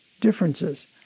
differences